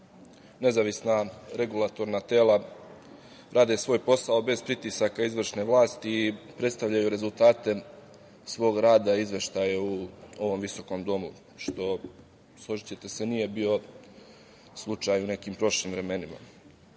nezavisna regulatorna tela rade svoj posao bez pritisaka izvršne vlasti i predstavljaju rezultate svog rada i izveštaje u ovom visokom domu što, složićete se, nije bio slučaj u nekim prošlim vremenima. Nekada,